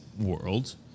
world